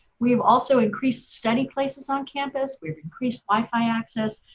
we've also increased study places on campus. we've increased wi-fi access.